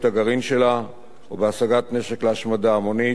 הגרעין שלה או בהשגת נשק להשמדה המונית,